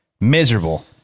miserable